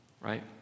Right